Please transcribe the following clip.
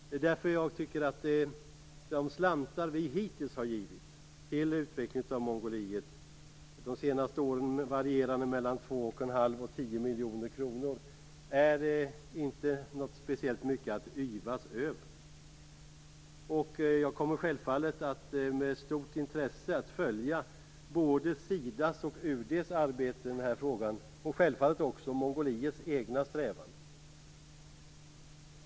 Det är därför jag inte tycker att de slantar vi hittills har givit till utvecklingen av Mongoliet - de senaste åren mellan 2,5 och 10 miljoner kronor - är speciellt mycket att yvas över. Jag kommer självfallet att med stort intresse följa både Sidas och UD:s arbete med frågan, och självfallet också Mongoliets egna strävanden.